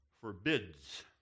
forbids